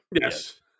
Yes